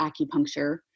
acupuncture